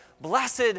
...Blessed